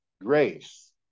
grace